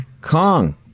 Kong